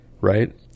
Right